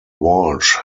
walsh